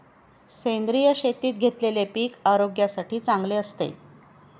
सेंद्रिय शेतीत घेतलेले पीक आरोग्यासाठी चांगले असते